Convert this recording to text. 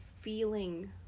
feeling